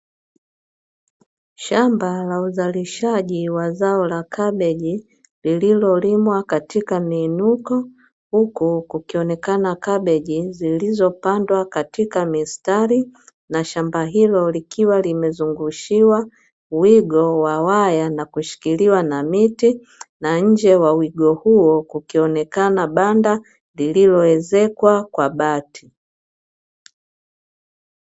Shamba la uzalishaji wa zao la kabeji lililolimwa katika miinuko huku kukionekana kabeji zilizopandwa katika mistari, na shamba hilo likiwa limezungushiwa wigo wa waya na kushikiliwa na miti na nje wa wigo huo kukionekana banda lililoezekwa kwa bati.